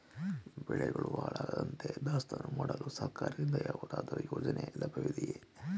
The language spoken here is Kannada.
ಬೆಳೆಗಳು ಹಾಳಾಗದಂತೆ ದಾಸ್ತಾನು ಮಾಡಲು ಸರ್ಕಾರದಿಂದ ಯಾವುದಾದರು ಯೋಜನೆ ಲಭ್ಯವಿದೆಯೇ?